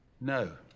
No